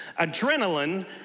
adrenaline